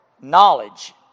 knowledge